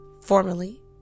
Formerly